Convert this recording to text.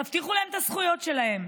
תבטיחו להם את הזכויות שלהם.